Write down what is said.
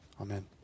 Amen